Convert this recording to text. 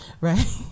right